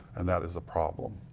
and that is a problem.